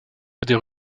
des